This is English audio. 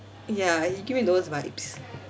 ya you give me those vibes